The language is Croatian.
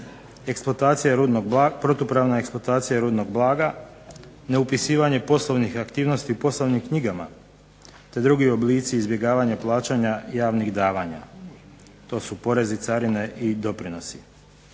protupravna eksploatacija rudnog blaga, neupisivanje poslovnih aktivnosti u poslovnim knjigama, te drugi oblici izbjegavanja plaćanja javnih davanja. To su porezi, carine i doprinosi.